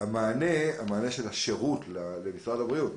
המענה של השירות למשרד הבריאות.